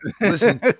Listen